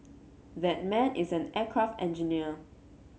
that man is an aircraft engineer